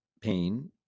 pain